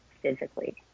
physically